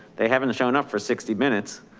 they haven't shown up for sixty minutes,